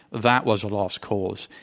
that was a lost cause.